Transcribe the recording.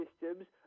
systems